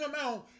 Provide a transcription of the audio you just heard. amount